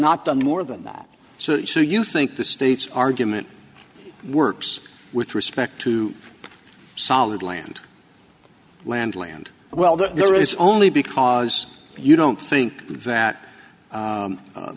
not done more than that so you think the states argument works with respect to solid land land land well that there is only because you don't think that